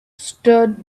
stood